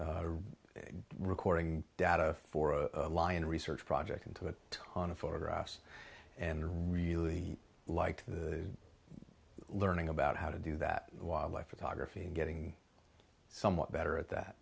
time recording data for a lion research project into a ton of photographs and really like the learning about how to do that wildlife photography and getting somewhat better at that